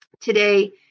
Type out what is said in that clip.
Today